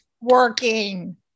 working